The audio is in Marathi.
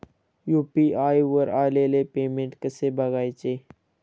यु.पी.आय वर आलेले पेमेंट कसे बघायचे?